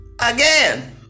again